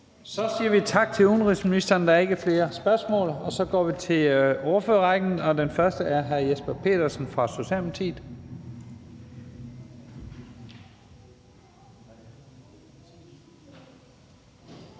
Så siger vi tak til udenrigsministeren. Der er ikke flere spørgsmål, og så går vi til ordførerrækken, og den første er hr. Jesper Petersen fra Socialdemokratiet.